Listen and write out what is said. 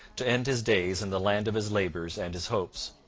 to end his days in the land of his labours and his hopes.